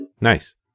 Nice